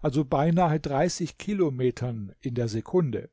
also beinahe kilometern in der sekunde